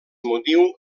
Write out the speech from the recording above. motius